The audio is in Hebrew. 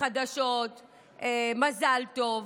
החדשות מזל טוב.